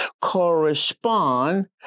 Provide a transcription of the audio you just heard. correspond